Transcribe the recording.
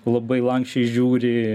labai lanksčiai žiūri